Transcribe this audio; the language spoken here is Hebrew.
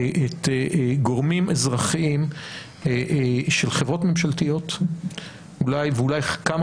גורמים אזרחיים של חברות ממשלתיות ואולי כמה